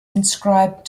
inscribed